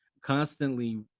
constantly